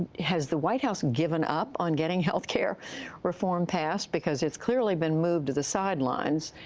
has the white house given up on getting health care reform passed? because it's clearly been moved to the sidelines